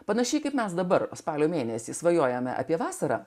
panašiai kaip mes dabar spalio mėnesį svajojome apie vasarą